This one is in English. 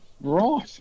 right